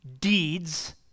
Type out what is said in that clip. deeds